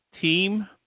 team